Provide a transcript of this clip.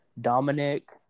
Dominic